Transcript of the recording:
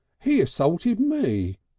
he assaulted me,